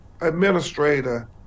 administrator